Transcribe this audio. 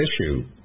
issue